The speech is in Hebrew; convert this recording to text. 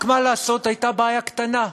רק מה לעשות, הייתה בעיה קטנה,